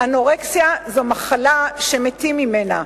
אנורקסיה זו מחלה שמתים ממנה,